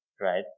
Right